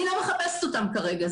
אני לא מחפשת אותם כרגע,